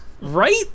Right